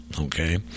okay